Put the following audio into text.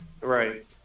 Right